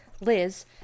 Liz